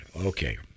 Okay